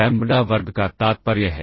lambda वर्ग का तात्पर्य है